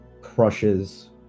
crushes